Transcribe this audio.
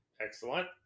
Excellent